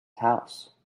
house